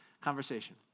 conversation